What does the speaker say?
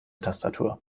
tastatur